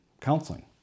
counseling